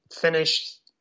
finished